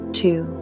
two